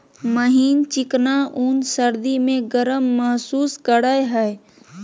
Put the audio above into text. महीन चिकना ऊन सर्दी में गर्म महसूस करेय हइ